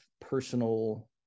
personal